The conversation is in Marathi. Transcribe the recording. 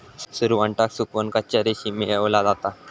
सुरवंटाक सुकवन कच्चा रेशीम मेळवला जाता